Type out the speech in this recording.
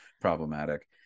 problematic